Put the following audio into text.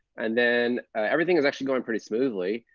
and then everything is actually going pretty smoothly,